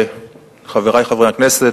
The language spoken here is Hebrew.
חברי חברי הכנסת,